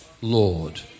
Lord